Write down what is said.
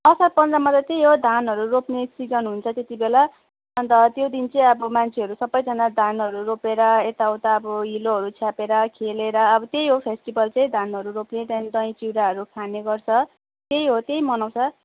असार पन्ध्रमा त त्यही हो धानहरू रोप्ने सिजन हुन्छ त्यति बेला अन्त त्यो दिन चाहिँ अब मान्छेहरू सबैजना धानहरू रोपेर यताउता अब हिलोहरू छ्यापेर खेलेर अब त्यही हो फेस्टिभल चाहिँ धानहरू रोप्ने त्यहाँदेखि दहीचिउराहरू खाने गर्छ त्यही हो त्यही मनाउँछ